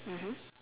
mmhmm